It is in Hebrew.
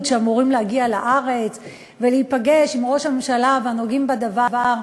שאמורים להגיע לארץ ולהיפגש עם ראש הממשלה והנוגעים בדבר,